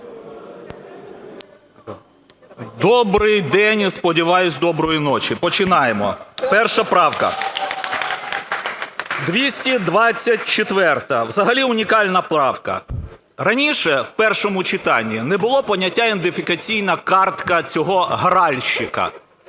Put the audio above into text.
Добрий день і сподіваюсь доброї ночі. Починаємо. Перша правка, 224-а, взагалі унікальна правка. Раніше в першому читанні не було поняття "ідентифікаційна картка цього гральщика",